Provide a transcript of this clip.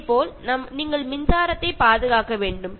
നമുക്ക് കറന്റും ലഭിക്കേണ്ടതുണ്ട്